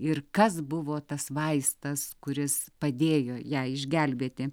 ir kas buvo tas vaistas kuris padėjo ją išgelbėti